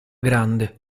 grande